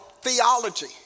theology